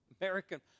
American –